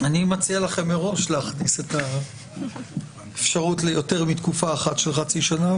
אני מציע לכם מראש להכניס את האפשרות ליותר מתקופה אחת של חצי שנה,